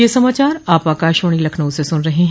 ब्रे क यह समाचार आप आकाशवाणी लखनऊ से सुन रहे हैं